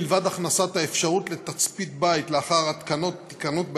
מלבד הכנסת האפשרות של תצפית בית לאחר התקנת התקנות בעניין,